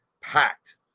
packed